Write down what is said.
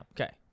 Okay